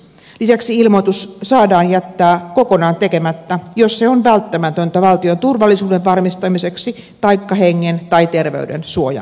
lisäksi ilmoitus saadaan jättää kokonaan tekemättä jos se on välttämätöntä valtion turvallisuuden varmistamiseksi taikka hengen tai terveyden suojaamiseksi